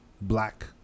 black